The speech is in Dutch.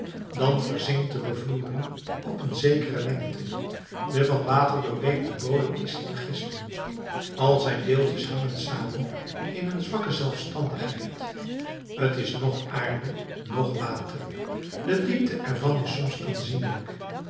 dan verzinkt de bevloering op een zekere lengte de van water doorweekte bodem is in gisting al zijn deeltjes hangen samen in een zwakke zelfstandigheid t is noch aarde noch water de diepte ervan is soms aanzienlijk